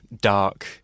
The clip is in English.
dark